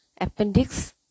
appendix